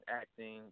acting